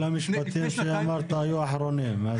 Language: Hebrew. כל המשפטים שאמרת היו אחרונים.